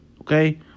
Okay